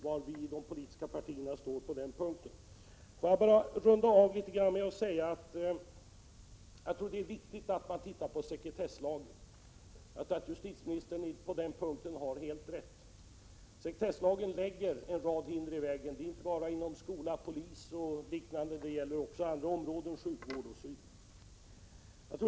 Jag vill bara avrunda diskussionen med att säga att jag tror att det är viktigt att sekretesslagen ses över. Jag anser att justitieministern har helt rätt på den punkten. Sekretesslagen lägger en rad hinder i vägen inte bara inom skola, polis och liknande utan också på andra områden, exempelvis sjukvården.